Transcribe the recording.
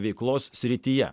veiklos srityje